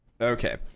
Okay